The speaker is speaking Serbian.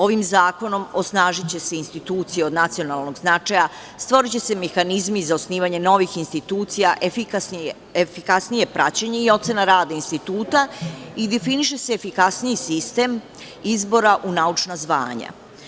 Ovim zakonom osnažiće se institucija od nacionalnog značaja, stvoriće se mehanizmi za osnivanje novih institucija, efikasnije praćenje i ocena rada instituta i definiše se efikasniji sistem izbora u naučna zvanja.